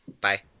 Bye